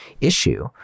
issue